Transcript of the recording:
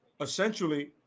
essentially